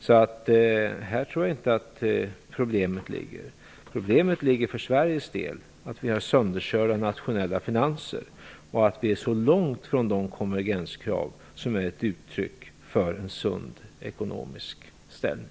Jag tror inte att problemet ligger här. Problemet för Sveriges del är att de nationella finanserna är sönderkörda och att landet ligger så långt från de konvergenskrav som är ett uttryck för en sund ekonomisk ställning.